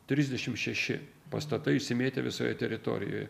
trisdešimt šeši pastatai išsimėtę visoje teritorijoje